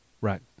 Right